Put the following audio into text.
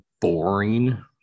boring